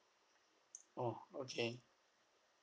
oh okay